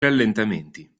rallentamenti